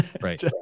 right